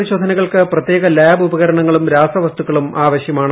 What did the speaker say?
പരിശോധനകൾക്ക് പ്രത്യേക ലാബ് ഉപകരണങ്ങളും രാസവസ്തുക്കളും ആവശ്യമാണ്